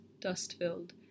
dust-filled